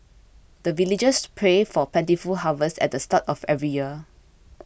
the villagers pray for plentiful harvest at the start of every year